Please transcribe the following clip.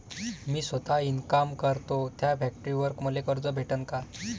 मी सौता इनकाम करतो थ्या फॅक्टरीवर मले कर्ज भेटन का?